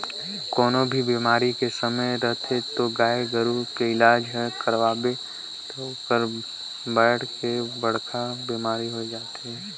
कोनों भी बेमारी के समे रहत ले गाय गोरु के इलाज नइ करवाबे त ओहर बायढ़ के बड़खा बेमारी होय जाथे